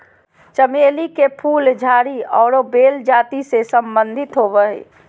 चमेली के फूल झाड़ी आरो बेल जाति से संबंधित होबो हइ